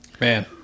Man